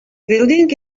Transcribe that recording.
building